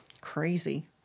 crazy